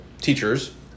teachers